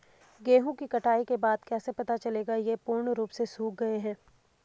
गेहूँ की कटाई के बाद कैसे पता चलेगा ये पूर्ण रूप से सूख गए हैं?